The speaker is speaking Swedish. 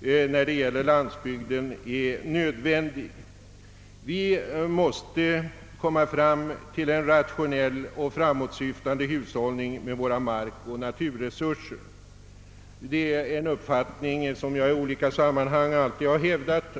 när det gäller landsbygden är nödvändig; vi måste komma fram till en rationell och framåtsyftande hushållning med våra markoch naturresurser. Det är också en uppfattning som jag i olika sammanhang alltid har hävdat.